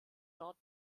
dort